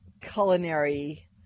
culinary